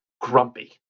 Grumpy